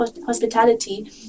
hospitality